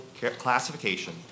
classification